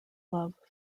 love